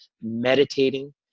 meditating